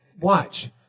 watch